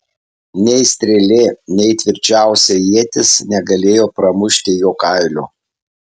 nei strėlė nei tvirčiausia ietis negalėjo pramušti jo kailio